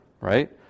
right